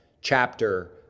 chapter